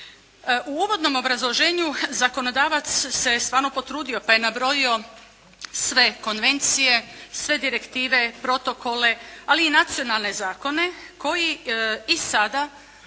U uvodnom obrazloženju zakonodavac se stvarno potrudio pa je nabrojio sve konvencije, sve direktive, protokole ali i nacionalne zakone koji i sada,